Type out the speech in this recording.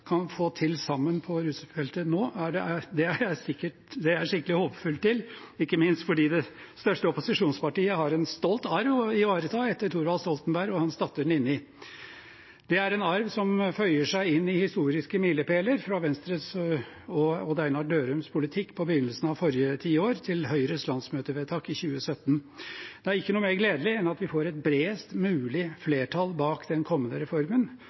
til noe sammen på feltet, er jeg skikkelig håpefull til, ikke minst fordi det største opposisjonspartiet har en stolt arv å ivareta etter Thorvald Stoltenberg og hans datter Nini. Det er en arv som føyer seg inn i historiske milepæler fra Venstres og Odd Einar Dørums politikk på begynnelsen av forrige tiår til Høyres landsmøtevedtak i 2017. Det er ikke noe mer gledelig enn at vi får et bredest mulig flertall bak den kommende reformen,